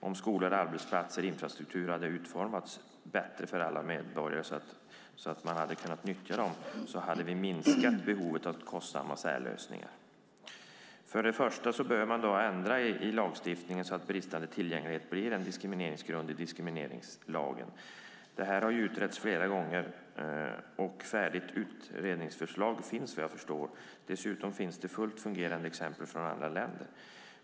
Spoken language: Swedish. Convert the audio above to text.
Om skolor, arbetsplatser och infrastruktur hade utformats så att alla medborgare hade kunnat nyttja dem hade vi minskat behovet av kostsamma särlösningar. Först och främst bör man ändra lagstiftningen så att bristande tillgänglighet blir en diskrimineringsgrund i diskrimineringslagen. Detta har utretts flera gånger, och färdigt utredningsförslag finns vad jag förstår. Dessutom finns det fungerande exempel från andra länder.